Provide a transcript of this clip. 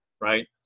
right